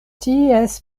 ties